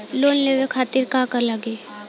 Loan लेवे खातीर का का लगी?